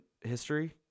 history